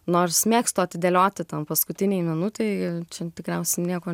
nors mėgstu atidėlioti ten paskutinei minutei čia tikriausiai nieko